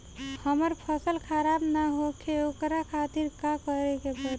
हमर फसल खराब न होखे ओकरा खातिर का करे के परी?